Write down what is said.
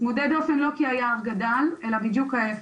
צמודי דופן לא כי היער גדל אלא בדיוק ההיפך.